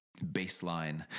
baseline